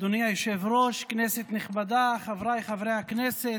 אדוני היושב-ראש, כנסת נכבדה, חבריי חברי הכנסת,